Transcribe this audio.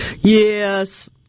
Yes